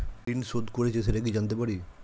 ঋণ শোধ করেছে সেটা কি জানতে পারি?